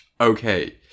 Okay